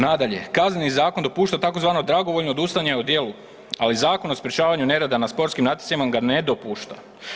Nadalje, Kazneni zakon dopušta tzv. dragovoljno odustajanje o djelu, ali Zakon o sprječavanju nereda na sportskim natjecanjima ga ne dopušta.